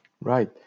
Right